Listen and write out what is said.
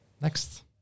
Next